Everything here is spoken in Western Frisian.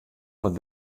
wat